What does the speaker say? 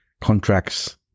contracts